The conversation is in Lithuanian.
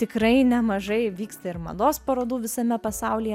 tikrai nemažai vyksta ir mados parodų visame pasaulyje